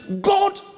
God